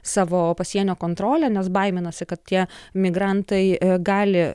savo pasienio kontrolę nes baiminasi kad tie migrantai gali